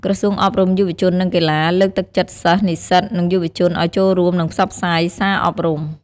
ក្រសួងអប់រំ យុវជន និងកីឡា លើកទឹកចិត្តសិស្ស និស្សិត និងយុវជនឱ្យចូលរួម និងផ្សព្វផ្សាយសារអប់រំ។